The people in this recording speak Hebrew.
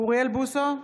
אוריאל בוסו,